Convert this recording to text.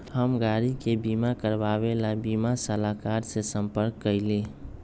हम गाड़ी के बीमा करवावे ला बीमा सलाहकर से संपर्क कइली